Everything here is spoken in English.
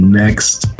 next